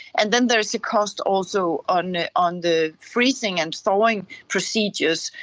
and then there is a cost also on on the freezing and thawing procedures,